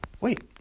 Wait